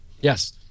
Yes